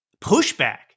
pushback